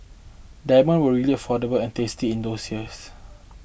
diamonds were really affordable and tasty in those years